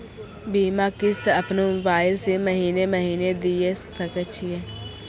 बीमा किस्त अपनो मोबाइल से महीने महीने दिए सकय छियै?